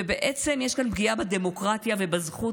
בעצם יש כאן פגיעה בדמוקרטיה ובזכות